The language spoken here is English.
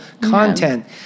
content